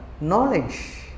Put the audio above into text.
Knowledge